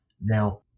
Now